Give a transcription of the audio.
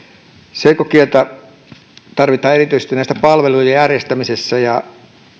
selkokieltä tarvitaan erityisesti palvelujen järjestämisessä ja